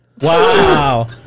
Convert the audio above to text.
Wow